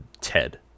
Ted